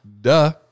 Duh